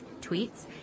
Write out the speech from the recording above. tweets